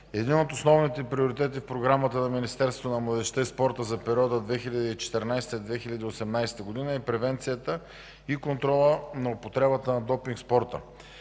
един от основните приоритети в програмата на Министерството на младежта и спорта за периода 2014 – 2018 г. са превенцията и контролът на употребата на допинг в спорта.